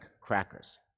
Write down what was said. crackers